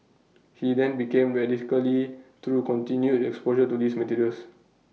he then became through continued exposure to these materials